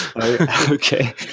okay